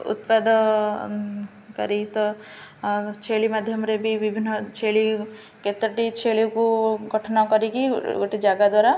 ଉତ୍ପାଦ କରି ତ ଛେଳି ମାଧ୍ୟମରେ ବି ବିଭିନ୍ନ ଛେଳି କେତେଟି ଛେଳିକୁ ଗଠନ କରିକି ଗୋଟେ ଜାଗା ଦ୍ୱାରା